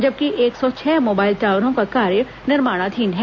जबकि एक सौ छह मोबाइल टॉवरों का कार्य निर्माणाधीन है